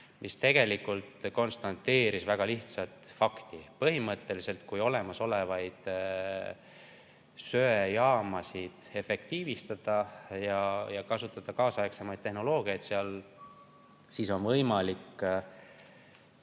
kes tegelikult konstateeris väga lihtsat fakti: põhimõtteliselt, kui olemasolevaid söejaamasid efektiivistada ja kasutada kaasaegsemaid tehnoloogiaid, siis on võimalik